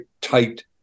tight